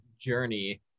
journey